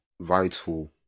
vital